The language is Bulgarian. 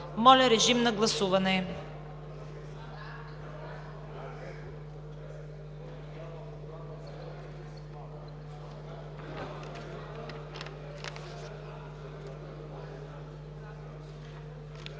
Моля, режим на гласуване.